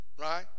right